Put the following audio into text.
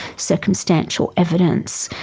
circumstantial evidence,